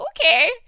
Okay